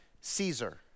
Caesar